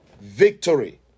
victory